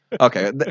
Okay